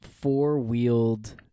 four-wheeled